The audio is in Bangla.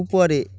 উপরে